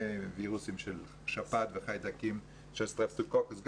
וירוסים של שפעת וחיידקי סטפרוטוקוקוס,